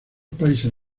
países